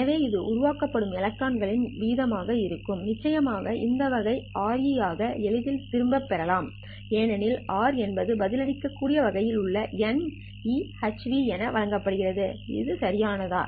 எனவே இது உருவாக்கப்படும் எலக்ட்ரான்களின் வீதம் ஆக இருக்கும் நிச்சயமாக இந்த வகை Re ஆக எளிதில் திரும்பியிருக்கலாம் ஏனெனில் R என்பது பதிலளிக்கக்கூடிய வகையில் உள்ள η eh ν என வழங்கப்படுகிறது இது சரியானதா